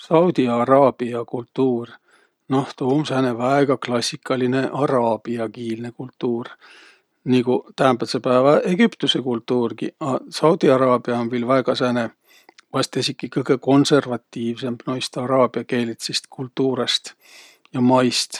Saudi-Araabia kultuur, noh tuu um sääne väega klassikaline araabiakiilne kultuur niguq täämbädse päävä Egüptüse kultuurgi. A Saudi-Araabi um vaest esiki kõgõ konsõrvatiivsõmb noist araabiakeelitsist kultuurõst ja maist.